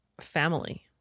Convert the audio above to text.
family